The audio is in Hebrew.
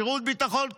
שירות ביטחון כללי.